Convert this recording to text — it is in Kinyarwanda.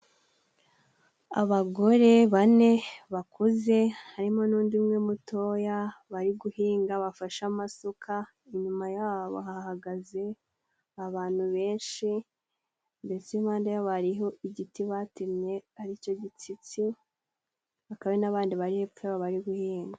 Abagore bane bakuze harimo n'undi umwe mutoya bari guhinga bafashe amasuka. Inyuma yabo hahagaze abantu benshi mbese impande zabo hariho igiti batemye aricyo gishyitsi, hakaba n'abandi bari hepfo yabo bari guhinga.